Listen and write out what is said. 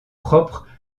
propre